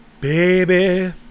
Baby